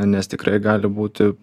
nes tikrai gali būti